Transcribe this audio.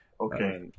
Okay